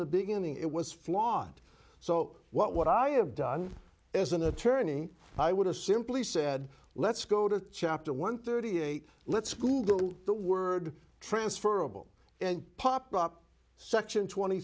the beginning it was flawed so what what i have done as an attorney i would have simply said let's go to chapter one thirty eight let's google the word transferable and pop up section twenty